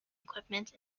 equipment